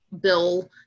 bill